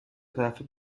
طرفه